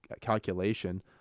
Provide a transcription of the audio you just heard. calculation